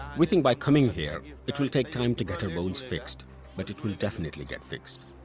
we think by coming here it will take time to get her bones fixed but it will definitely get fixed.